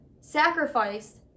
sacrifice